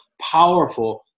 powerful